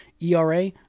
ERA